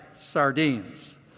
sardines